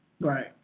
Right